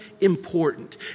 important